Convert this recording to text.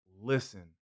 listen